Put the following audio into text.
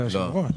אתה היושב-ראש.